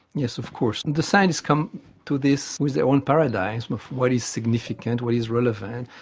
yes, of course. the scientists come to this with their own paradigms of what is significant, what is relevant.